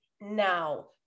now